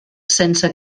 sense